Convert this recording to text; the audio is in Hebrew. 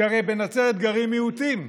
כי הרי בנצרת גרים מיעוטים,